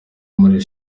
muri